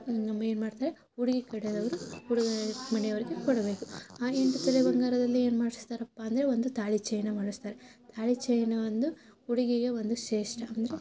ಏನು ಮಾಡ್ತಾರೆ ಹುಡುಗಿ ಕಡೆಯವ್ರು ಹುಡುಗ ಮನೆಯವ್ರಿಗೆ ಕೊಡಬೇಕು ಆ ಎಂಟು ತೊಲೆ ಬಂಗಾರದಲ್ಲಿ ಏನು ಮಾಡಿಸಿರ್ತಾರಪ್ಪ ಅಂದರೆ ಒಂದು ತಾಳಿ ಚೈನ ಮಾಡಿಸ್ತಾರೆ ತಾಳಿ ಚೈನ್ ಒಂದು ಹುಡುಗಿಗೆ ಒಂದು ಶ್ರೇಷ್ಠ ಅಂದರೆ